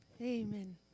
Amen